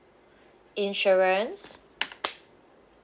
insurance